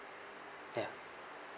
ya